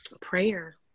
Prayer